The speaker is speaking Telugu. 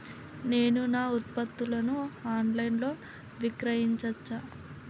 నేను నా ఉత్పత్తులను ఆన్ లైన్ లో విక్రయించచ్చా?